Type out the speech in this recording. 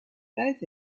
both